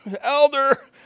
elder